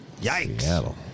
Yikes